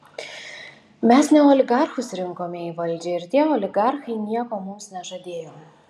mes ne oligarchus rinkome į valdžią ir tie oligarchai nieko mums nežadėjo